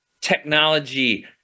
technology